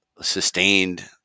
sustained